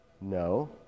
No